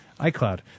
iCloud